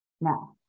Now